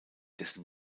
dessen